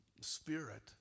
Spirit